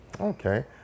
Okay